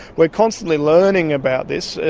we are constantly learning about this.